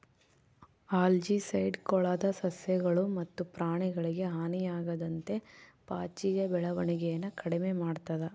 algicide ಕೊಳದ ಸಸ್ಯಗಳು ಮತ್ತು ಪ್ರಾಣಿಗಳಿಗೆ ಹಾನಿಯಾಗದಂತೆ ಪಾಚಿಯ ಬೆಳವಣಿಗೆನ ಕಡಿಮೆ ಮಾಡ್ತದ